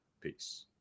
Peace